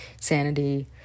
sanity